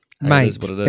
Mate